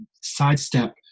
sidestep